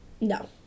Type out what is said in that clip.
No